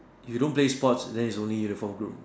you don't play sports then is only uniform groups